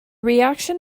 reaction